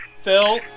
Phil